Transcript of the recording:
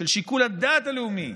של שיקול הדעת הלאומי,